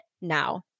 now